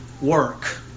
work